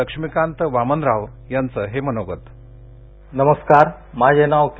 लक्ष्मीकांत वामनराव यांचं हे मनोगत नमस्कार माझे नाव के